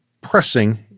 pressing